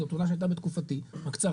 זו תאונה שהייתה בתקופתי הקצרה,